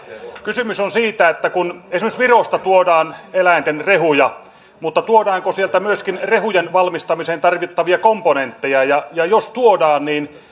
kysymys on siitä että esimerkiksi virosta tuodaan eläinten rehuja mutta tuodaanko sieltä myöskin rehujen valmistamiseen tarvittavia komponentteja ja jos tuodaan niin